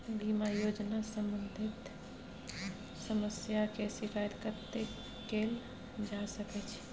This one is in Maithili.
बीमा योजना सम्बंधित समस्या के शिकायत कत्ते कैल जा सकै छी?